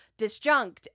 disjunct